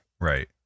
Right